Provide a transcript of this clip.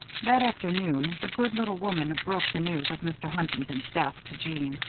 that afternoon, the good little woman broke the news of mr. huntington's death to jeanne,